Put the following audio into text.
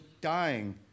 dying